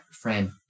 friend